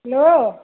hello